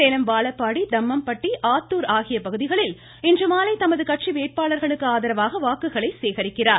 சேலம் வாழப்பாடி தம்மம்பட்டி ஆத்தூர் ஆகிய பகுதிகளில் இன்றுமாலை தமது கட்சி வேட்பாளர்களுக்கு ஆதரவாக வாக்குகளை சேகரிக்கிறார்